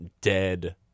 dead